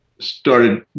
started